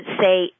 say